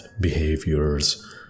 behaviors